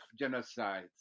genocides